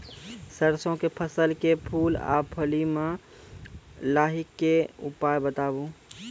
सरसों के फसल के फूल आ फली मे लाहीक के उपाय बताऊ?